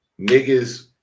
niggas